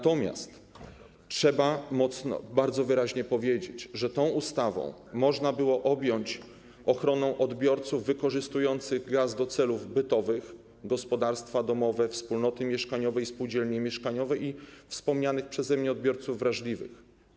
Trzeba bardzo wyraźnie powiedzieć, że przy okazji tej ustawy można było objąć ochroną odbiorców wykorzystujących gaz do celów bytowych: gospodarstwa domowe, wspólnoty mieszkaniowe, spółdzielnie mieszkaniowe i wspomnianych przeze mnie odbiorców wrażliwych.